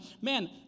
man